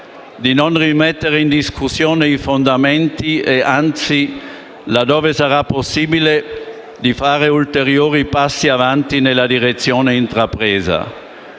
di non rimettere in discussione i fondamenti e anzi, laddove sarà possibile, di fare ulteriori passi avanti nella direzione intrapresa.